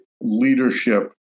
leadership